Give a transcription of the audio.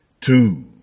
two